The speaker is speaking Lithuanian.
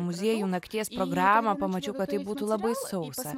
muziejų nakties programą pamačiau kad tai būtų labai sausa